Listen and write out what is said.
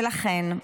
ולכן,